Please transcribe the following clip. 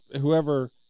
whoever